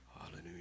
Hallelujah